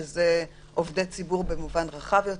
שזה עובדי ציבור במובן הרחב יותר,